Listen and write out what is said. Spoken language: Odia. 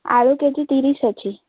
ଆଳୁ କେଜି ତିରିଶି ଅଛି